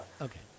Okay